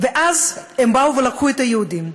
ואז הם באו ולקחו את היהודים,